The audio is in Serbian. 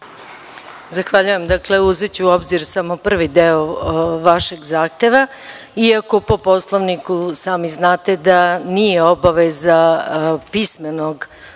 Zahvaljujem. Uzeću u obzir samo prvi deo vašeg zahteva, iako po Poslovniku sami znate da nije obaveza pismene